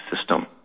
system